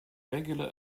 regular